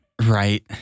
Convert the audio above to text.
Right